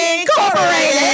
Incorporated